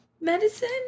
medicine